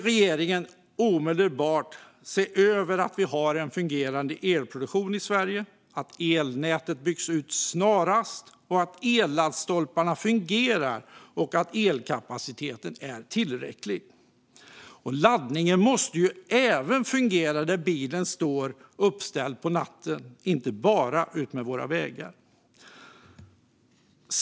Regeringen behöver se över att vi har en fungerande elproduktion i Sverige, att elnätet snarast byggs ut, att elladdstolparna fungerar och att elkapaciteten är tillräcklig. Laddningen måste fungera även när bilen står uppställd på natten, inte bara utmed vägarna.